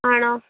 ആണോ